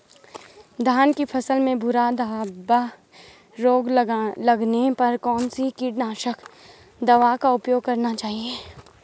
धान की फसल में भूरा धब्बा रोग लगने पर कौन सी कीटनाशक दवा का उपयोग करना चाहिए?